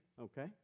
okay